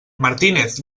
martínez